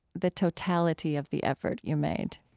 the totality of the effort you made